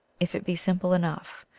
if it be simple enough,